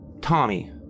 Tommy